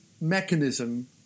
mechanism